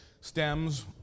Stems